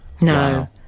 No